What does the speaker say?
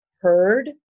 heard